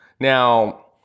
Now